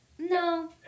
No